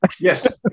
Yes